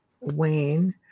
wayne